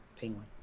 Penguin